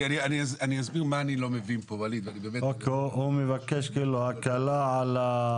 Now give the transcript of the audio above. אני אסביר מה אני לא מבין פה -- הוא מבקש כאילו הקלה על...